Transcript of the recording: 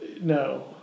no